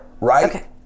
right